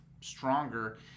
stronger